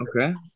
Okay